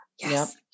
yes